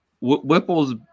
Whipple's